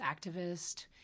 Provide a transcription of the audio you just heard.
activist